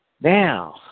Now